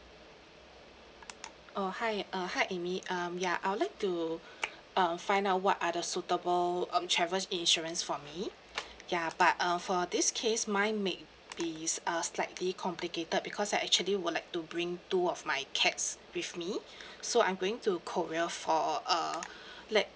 oh hi uh hi amy um ya I would like to uh find out what are the suitable um travels insurance for me ya but uh for this case mine may be uh slightly complicated because I actually would like to bring two of my cats with me so I'm going to korea for err let